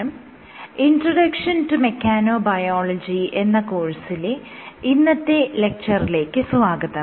'introduction to mechanobiology' എന്ന കോഴ്സിലെ ഇന്നത്തെ ലെക്ച്ചറിലേക്ക് സ്വാഗതം